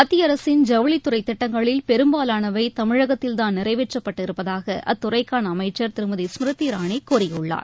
மத்திய அரசின் ஜவுளித் துறை திட்டங்களில் பெரும்பாலானவை தமிழகத்தில் தான் நிறைவேற்றப்பட்டு இருப்பதாக அத்துறைக்கான அமைச்சர் திருமதி ஸ்மிருதி இரானி கூறியுள்ளார்